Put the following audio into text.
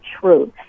truth